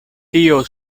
tio